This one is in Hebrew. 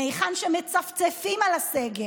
מהיכן שמצפצפים על הסגר,